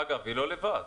אגב, היא לא לבד.